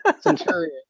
Centurion